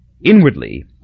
Inwardly